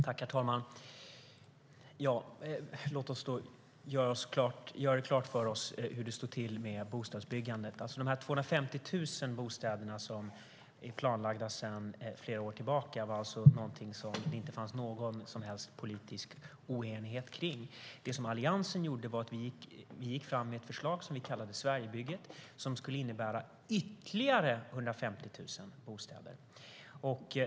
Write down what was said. Herr talman! Låt oss göra klart för oss hur det står till med bostadsbyggandet. De 250 000 bostäder som är planlagda sedan flera år tillbaka var alltså någonting som det inte fanns någon som helst politisk oenighet om. Det som Alliansen gjorde var att vi gick fram med ett förslag som vi kallade Sverigebygget, som skulle innebära ytterligare 150 000 bostäder.